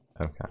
Okay